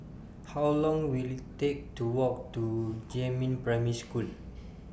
How Long Will IT Take to Walk to Jiemin Primary School